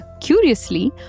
Curiously